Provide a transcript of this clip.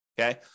Okay